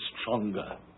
stronger